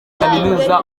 kaminuza